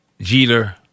Jeter